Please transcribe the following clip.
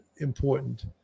important